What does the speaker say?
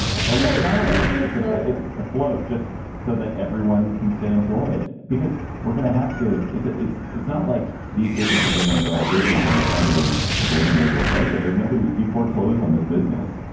a loan, not like being um ah afloat just so that everyone can stay employed because we're going to have to it's it's it's not like these businesses are going to go to business and there's somebody waiting there to replace it. there's nobody if you foreclose on this business,